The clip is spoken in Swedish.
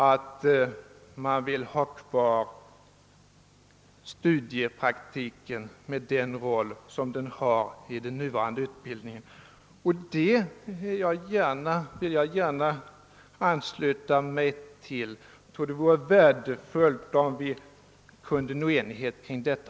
Att ha kvar studiepraktiken med den roll den har i nuvarande utbildning, det vill jag gärna ansluta mig till. Det vore värdefullt, om vi kunde nå enighet kring detta.